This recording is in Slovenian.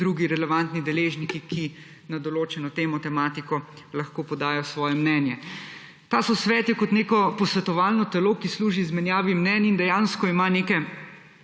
drugi relevantnih deležniki, ki na določeno temo lahko podajo svoje mnenje. Ta sosvet je kot neko posvetovalno telo, ki služi izmenjavi mnenj in dejansko ima neke